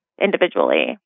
individually